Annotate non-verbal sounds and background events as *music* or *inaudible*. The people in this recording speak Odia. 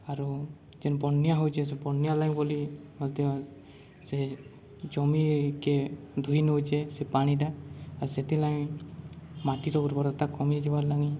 ଆରୁ ଯେନ୍ ବନ୍ୟା ହଉଛେ ସେ ବନ୍ୟା ଲାଇ ବୋଲି ମଧ୍ୟ ସେ ଜମିିକେ ଧୋଇ ନଉଛେ ସେ ପାଣିଟା ଆର୍ ସେଥିର୍ ଲାଗି ମାଟିର ଉର୍ବରତା କମି ଯିବାର *unintelligible*